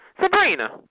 Sabrina